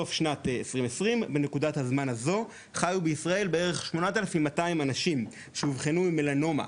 בשנת 2020 היו סך הכל 21 אבחנות של מלנומה